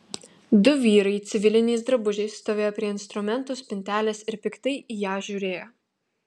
du vyrai civiliniais drabužiais stovėjo prie instrumentų spintelės ir piktai į ją žiūrėjo